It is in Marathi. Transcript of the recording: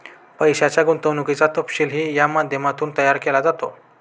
पैशाच्या गुंतवणुकीचा तपशीलही या माध्यमातून तयार केला जातो